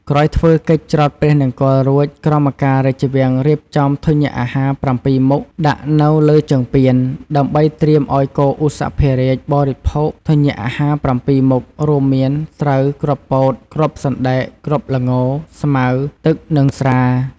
ក្រោយធ្វើកិច្ចច្រត់ព្រះនង្គ័លរួច ក្រមការរាជវាំង រៀបចំធញ្ញអាហារ ៧មុខដាក់នៅលើជើងពាន ដើម្បីត្រៀមឱ្យគោឧសភរាជបរិភោគធញ្ញអាហារ ៧មុខ រួមមាន ស្រូវ គ្រាប់ពោត គ្រាប់សណ្ដែក គ្រាប់ល្ង ស្មៅ ទឹក និងស្រា។